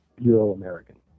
Euro-American